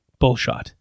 Bullshot